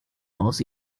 aus